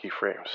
keyframes